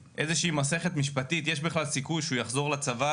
מסכת משפטית יש בכלל סיכוי שהוא יחזור לצבא,